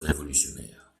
révolutionnaire